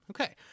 Okay